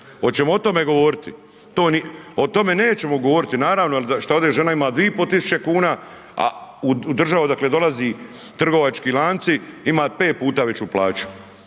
oćemo o tome govoriti, o tome nećemo govoriti naravno šta ovdje žena ima 2.500,00 kn, a u državama odakle dolazi trgovački lanci ima pet puta veću plaću,